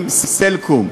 עם "סלקום".